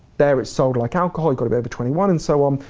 there it's sold like alcohol. you gotta be over twenty one and so on.